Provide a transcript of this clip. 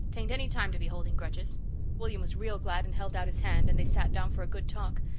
tain't any time to be holding grudges william was real glad and held out his hand, and they sat down for a good talk.